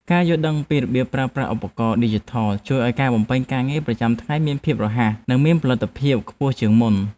ការយល់ដឹងពីរបៀបប្រើប្រាស់ឧបករណ៍ឌីជីថលជួយឱ្យការបំពេញការងារប្រចាំថ្ងៃមានភាពរហ័ស និងមានផលិតភាពខ្ពស់ជាងមុន។